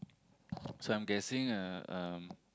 so I'm guessing uh um